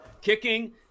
kicking